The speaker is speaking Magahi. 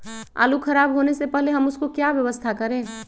आलू खराब होने से पहले हम उसको क्या व्यवस्था करें?